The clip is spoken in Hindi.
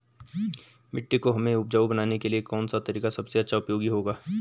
मिट्टी को हमें उपजाऊ बनाने के लिए कौन सा तरीका सबसे अच्छा उपयोगी होगा?